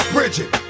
Bridget